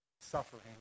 suffering